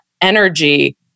energy